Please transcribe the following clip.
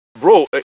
Bro